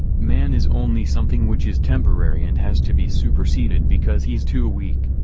man is only something which is temporary and has to be superseded because he's too weak.